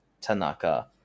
Tanaka